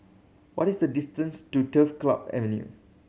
what is the distance to Turf Club Avenue